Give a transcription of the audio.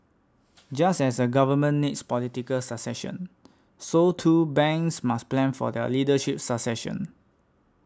just as a Government needs political succession so too banks must plan for their leadership succession